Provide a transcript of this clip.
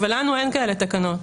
אבל לנו אין כאלה תקנות?